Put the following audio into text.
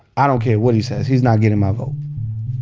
i don't care what he says. he's not getting my vote.